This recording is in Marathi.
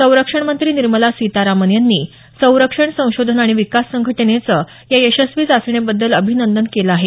संरक्षणमंत्री निर्मला सीतारामन यांनी संरक्षण संशोधन आणि विकास संघटनेचं या यशस्वी चाचणीबद्दल अभिनंदन केलं आहे